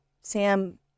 Sam